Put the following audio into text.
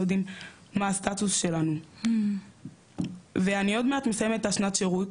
יודעים מה הסטטוס שלנו ואני עוד מעט מסיימת את השנת שירות,